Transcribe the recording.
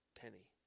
penny